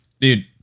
Dude